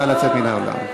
נא לצאת מהאולם.